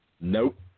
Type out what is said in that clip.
Nope